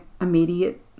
immediate